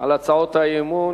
על הצעות האי-אמון.